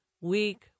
weak